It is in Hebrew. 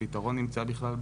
הפתרון נמצא בכלל,